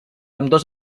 ambdós